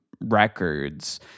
records